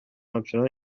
همچنان